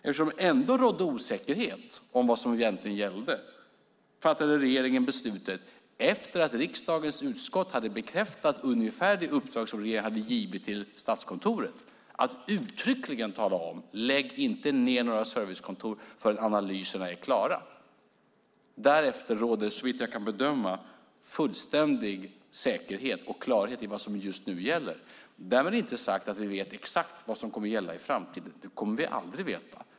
Eftersom det ändå rådde osäkerhet om vad som egentligen gällde fattade regeringen, efter att riksdagens utskott hade bekräftat ungefär det uppdrag som regeringen hade gett till Statskontoret, beslutet att uttryckligen tala om att man inte skulle lägga ned några servicekontor förrän analyserna var klara. Därefter råder det, såvitt jag kan bedöma, fullständig klarhet i vad som just nu gäller. Därmed inte sagt att vi vet exakt vad som kommer att gälla i framtiden. Det kommer vi aldrig att veta.